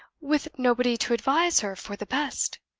with nobody to advise her for the best?